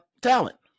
talent